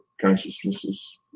consciousnesses